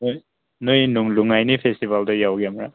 ꯍꯣꯏ ꯅꯣꯏ ꯂꯨꯏꯉꯥꯏꯅꯤ ꯐꯦꯁꯇꯤꯕꯦꯜꯗꯣ ꯌꯥꯎꯒꯦ ꯑꯃꯨꯔꯛ